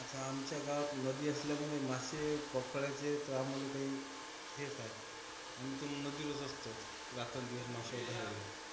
आता आमच्या गावात नदी असल्यामुळे मासे पकडायचे तर आम्हाले काही हेच आहे आम्ही तर नदीवरच असतो रात्रंदिवस मासा धराले